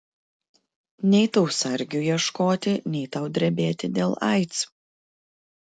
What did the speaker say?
nei tau sargių ieškoti nei tau drebėti dėl aids